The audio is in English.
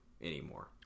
anymore